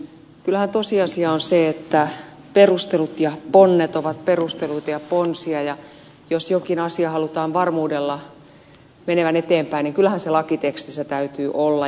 kyllähän tosiasia on se että perustelut ja ponnet ovat perusteluita ja ponsia ja jos jonkin asian halutaan varmuudella menevän eteenpäin niin kyllähän se lakitekstissä täytyy olla